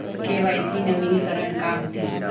KYC नवीनीकरण का होथे?